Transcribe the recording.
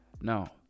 now